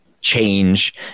change